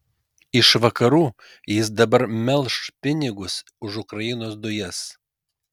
iš vakarų jis dabar melš pinigus už ukrainos dujas